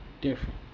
different